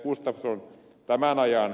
gustafsson tämän ajan